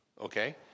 okay